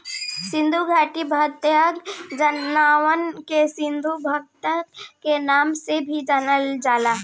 सिंधु घाटी सभ्यता जवना के सिंधु सभ्यता के नाम से भी जानल जाला